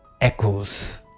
echoes